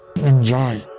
Enjoy